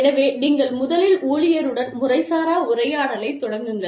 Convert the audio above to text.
எனவே நீங்கள் முதலில் ஊழியருடன் முறைசாரா உரையாடலைத் தொடங்குங்கள்